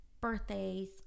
birthdays